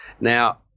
Now